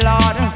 Lord